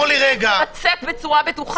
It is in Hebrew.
כדי שבן אדם יצליח לצאת בצורה בטוחה,